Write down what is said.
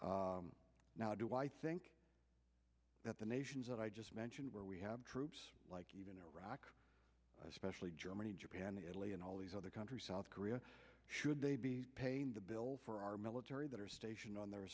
for now do i think that the nations that i just mentioned where we have troops like even iraq especially germany japan italy and all these other countries south korea should they be paying the bill for our military that are stationed on their